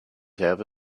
have